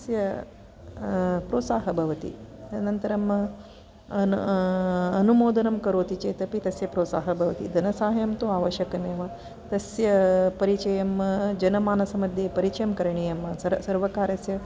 तस्य प्रोत्साहः भवति अनन्तरम् अन् अनुमोदनं करोति चेत् अपि तस्य प्रोत्साह भवति धनसाहायं तु आवश्यकमेव तस्य परिचयं जनमानसमध्ये परिचयं करणीयं सर् सर्वकारस्य